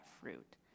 fruit